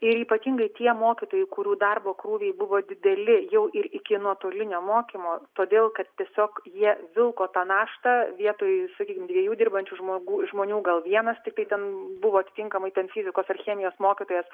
ir ypatingai tie mokytojai kurių darbo krūviai buvo dideli jau ir iki nuotolinio mokymo todėl kad tiesiog jie vilko tą naštą vietoj sakykim dviejų dirbančių žmogų žmonių gal vienas tiktai ten buvo atitinkamai ten fizikos ar chemijos mokytojas